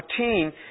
14